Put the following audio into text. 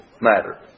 matter